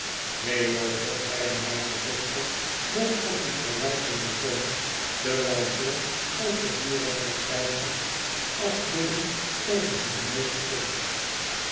neen jozef zeide mijne zuster nog op een verwijtenden toon terwy i jo al gedurig met zijne hand afbiddend over zijn neus streek